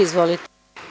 Izvolite.